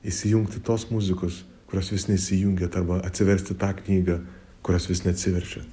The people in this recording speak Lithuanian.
įsijungti tos muzikos kurios vis neįsijungiat arba atsiversti tą knygą kurios vis neatsiverčiat